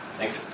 Thanks